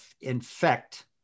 infect